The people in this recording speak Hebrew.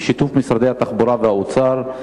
בשיתוף משרדי התחבורה והאוצר,